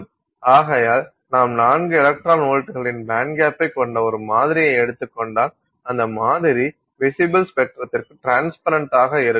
ஆகையால் நாம் 4 எலக்ட்ரான் வோல்ட்டுகளின் பேண்ட்கேப்பைக் கொண்ட ஒரு மாதிரியை எடுத்துக் கொண்டால் அந்த மாதிரி விசிபில் ஸ்பெக்ட்ரத்திற்கு டிரன்ஸ்பரெண்டாக இருக்கும்